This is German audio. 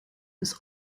ist